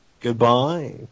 Goodbye